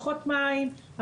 פחות מים,